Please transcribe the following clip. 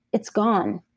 it's gone.